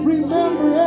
Remember